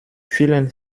vielen